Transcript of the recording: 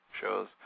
shows